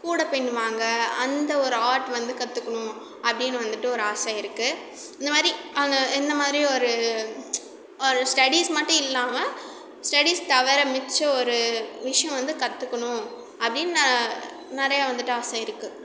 கூடை பின்னுவாங்க அந்த ஒரு ஆர்ட் வந்து கற்றுக்கணும் அப்படின்னு வந்துவிட்டு ஒரு ஆசை இருக்கு இந்த மாரி அந்த இந்த மாரி ஒரு ஒரு ஸ்டடீஸ் மட்டும் இல்லாமல் ஸ்டடீஸ் தவிர மிச்சம் ஒரு விஷயம் வந்து கற்றுக்கணும் அப்படின்னு நிறையா வந்துவிட்டு ஆசை இருக்கு